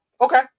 okay